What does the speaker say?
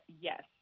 yes